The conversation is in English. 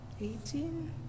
Eighteen